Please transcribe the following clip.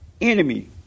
enemy